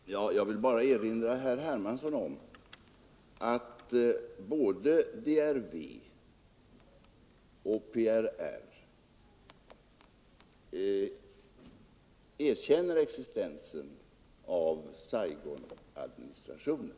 Herr talman! Jag vill bara erinra herr Hermansson om att både DRV och PRR erkänner existensen av Saigonadministrationen.